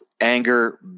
anger